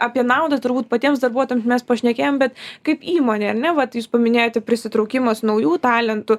apie naudą turbūt patiems darbuotojam mes pašnekėjom bet kaip įmonė ar ne vat jūs paminėjote prisitraukimas naujų talentų